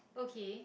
okay